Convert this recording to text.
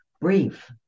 Brief